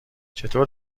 چطور